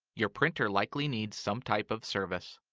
your printer likely needs some type of service.